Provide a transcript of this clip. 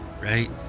right